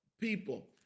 people